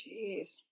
Jeez